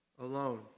alone